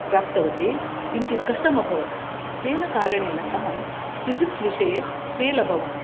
प्राप्तवती किञ्चित् कष्टम् अभवत् तेन कारणेन अहं फिसिक्स् विषये फेल् अभवम्